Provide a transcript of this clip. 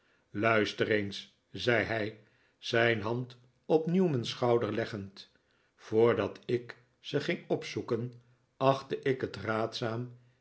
luister eens zei hij zijn hand op newman's schouder leggend voordat ik ze ging opzoeken achtte ik het raadzaam